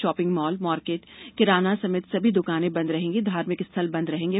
shopping mall market किराने समेत सभी दुकानें बंद रहेंगी और धार्मिक स्थल बंद रहेंगे